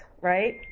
right